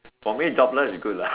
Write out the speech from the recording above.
for me jobless is good lah